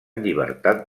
llibertat